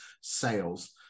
sales